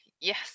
Yes